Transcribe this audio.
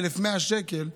1,200 שקל.